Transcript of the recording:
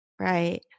Right